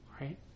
right